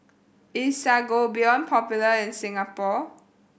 is Sangobion popular in Singapore